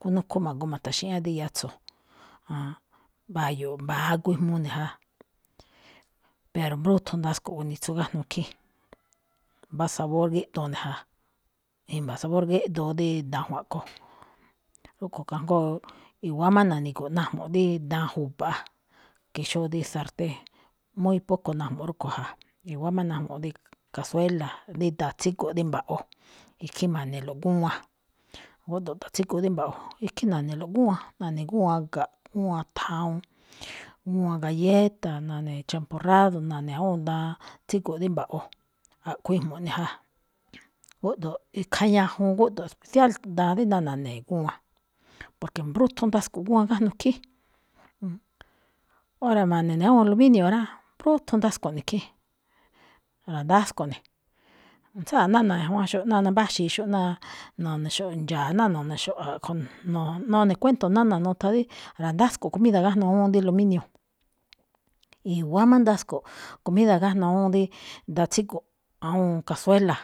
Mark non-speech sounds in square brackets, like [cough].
Khúnúkó ma̱go̱o̱ ma̱ta̱xi̱ꞌñá di yatso̱, an, mba̱yo̱ꞌ, mba̱a̱ aguu ejmuu ne̱ ja, pero mbrúthun ndaꞌsko̱ꞌ gunitsu gájnuu khín, [noise] mbá sabor gíꞌdoo ne̱ ja, i̱mba̱ sabor gíꞌdoo dí daan ajwa̱nꞌ kho̱. [noise] rúꞌkho̱ kajngó i̱wa̱á má na̱ni̱gu̱ꞌ najmuꞌ rí daan ju̱ba̱áꞌ ke xó dí sartén, muy poco najmuꞌ rúꞌkho̱ꞌ ja, i̱wa̱á má najmuꞌ dí cazuela, dí daan tsígo̱ꞌ dí mba̱ꞌwo̱, ikhín ma̱ne̱loꞌ gúwan. Gúꞌdo̱ꞌ daan tsígo̱ꞌ dí mba̱ꞌwo̱, ikhín na̱ne̱lo̱ꞌ gúwan, na̱ne̱ gúwan ga̱nꞌ, gúwan thawuun, gúwan galleta, na̱ne̱ champurrado, na̱ne̱ awúun daan tsígo̱ꞌ dí mba̱ꞌwo̱, a̱ꞌkhue̱n ijmuꞌ ne̱ ja, gúꞌdo̱ꞌ ikhaa ñajuun gúꞌdo̱ꞌ, thiáá daan dí ná na̱ne̱ gúwan, porque mbrúthun ndasko̱ꞌ gúwan gájnuu khín. Óra̱ ma̱ne̱ awúun al [hesitation] inio rá, mbrúthun ndasko̱ꞌ ne̱ khín, ra̱ndásko̱ꞌ ne̱. Tsáanꞌ nána̱ ñajwanxo̱ꞌ ná nambáxi̱iꞌxo̱ꞌ, náa no̱ne̱xo̱ꞌ ndxa̱a̱, ná no̱ne̱xo̱ꞌ, a̱ꞌkho̱ no̱-none̱ kuénto̱ nána̱, nuthan dí ra̱ndásko̱ꞌ comida gajnuu awúun dí al [hesitation] inio, i̱wa̱á má ndasko̱ꞌ comida gájnuu awúun dí daan tsígo̱ꞌ, awúun cazuela,